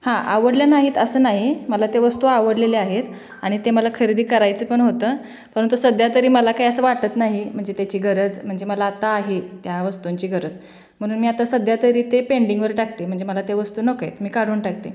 हां आवडल्या नाहीत् असं नाही मला त्या वस्तू आवडलेल्या आहेत आणि ते मला खरेदी करायचं पण होतं परंतु सध्या तरी मला काय असं वाटत नाही म्हणजे त्याची गरज म्हणजे मला आत्ता आहे त्या वस्तूंची गरज म्हणून मी आत्ता सध्या तरी ते पेंडिंगवर टाकते म्हणजे मला त्या वस्तू नको आहेत मी काढून टाकते